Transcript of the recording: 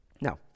Now